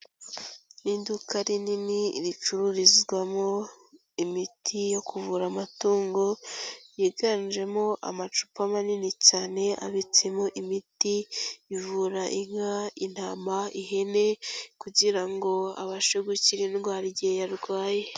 Iduka rinini ricururizwamo imiti yo kuvura amatungo, yiganjemo amacupa manini cyane abitsemo imiti, ivura inka, intama, ihene, kugira ngo abashe gukira indwara igihe arwaye.